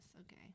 Okay